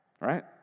right